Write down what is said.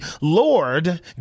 Lord